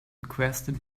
requested